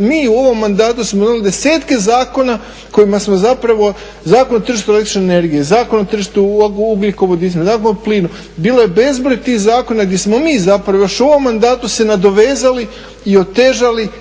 Mi u ovom mandatu smo donijeli 10-ke zakona kojima smo zapravo, Zakon o tržištu električne energije, Zakon o tržištu ugljikovodicima, Zakon o plinu, bilo je bezbroj tih zakona gdje smo mi zapravo još u ovom mandatu se nadovezali i otežali,